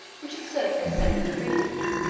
which asserts their separate freedom,